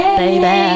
baby